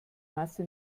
masse